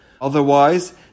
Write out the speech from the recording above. Otherwise